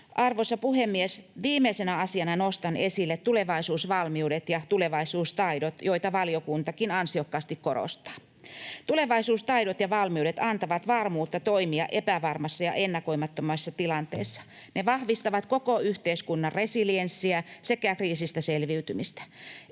Arvoisa puhemies! Viimeisenä asiana nostan esille tulevaisuusvalmiudet ja tulevaisuustaidot, joita valiokuntakin ansiokkaasti korostaa. Tulevaisuustaidot ja ‑valmiudet antavat varmuutta toimia epävarmassa ja ennakoimattomassa tilanteessa. Ne vahvistavat koko yhteiskunnan resilienssiä sekä kriisistä selviytymistä.